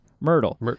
Myrtle